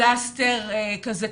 פלסטר כזה,